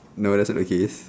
no that sort of case